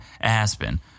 Aspen